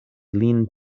lin